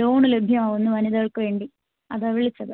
loan ലഭ്യം ആവുന്നു വനിതകൾക്ക് വേണ്ടി അതാണ് വിളിച്ചത്